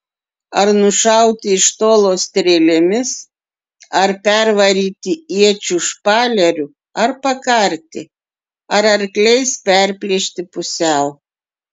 ar nušauti iš tolo strėlėmis ar pervaryti iečių špaleriu ar pakarti ar akliais perplėšti pusiau